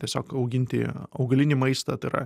tiesiog auginti augalinį maistą tai yra